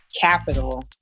capital